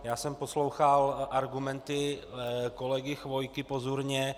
Já jsem poslouchal argumenty kolegy Chvojky pozorně.